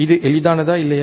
இது எளிதானதா இல்லையா